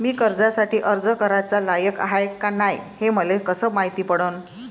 मी कर्जासाठी अर्ज कराचा लायक हाय का नाय हे मले कसं मायती पडन?